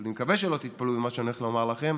ואני מקווה שלא תתפלאו ממה שאני הולך לומר לכם: